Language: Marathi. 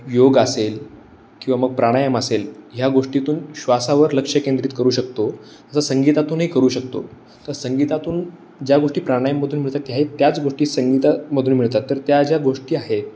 योग असेल किंवा मग प्राणायाम असेल ह्या गोष्टीतून श्वासावर लक्ष केंद्रित करू शकतो तसं संगीतातूनही करू शकतो तर संगीतातून ज्या गोष्टी प्राणायामामधून मिळतात त्या हे त्याच गोष्टी संगीतामधून मिळतात तर त्या ज्या गोष्टी आहेत